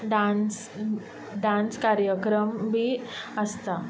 dance dance कार्यक्रम बी आसता